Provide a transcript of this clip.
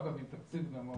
ואגב עם תקציב גדול מאוד,